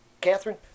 Catherine